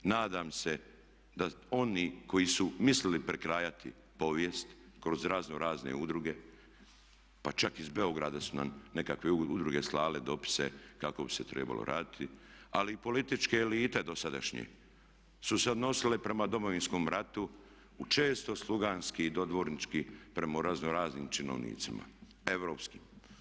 Nadam se da oni koji su mislili prekrajati povijest kroz raznorazne udruge pa čak iz Beograda su nam nekakve udruge slale dopise kako bi se trebalo raditi, ali i političke elite dosadašnje su se odnosile prema Domovinskom ratu u često sluganski i dodvornički prema raznoraznim činovnicima, europskim.